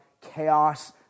chaos